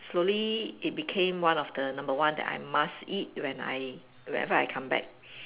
slowly it became one of the number one that I must eat when I whenever I come back